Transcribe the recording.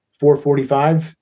445